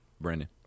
Brandon